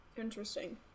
Interesting